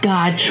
God